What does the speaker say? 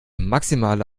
maximale